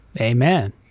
Amen